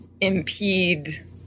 impede